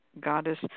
goddess